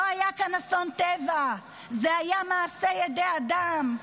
לא היה כאן אסון טבע, זה היה מעשה ידי אדם,